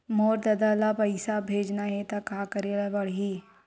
मोर ददा ल पईसा भेजना हे त का करे ल पड़हि?